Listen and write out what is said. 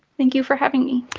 thank you for having me.